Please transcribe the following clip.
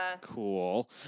cool